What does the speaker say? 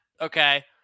okay